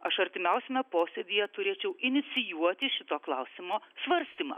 aš artimiausiame posėdyje turėčiau inicijuoti šito klausimo svarstymą